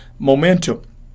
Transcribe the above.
momentum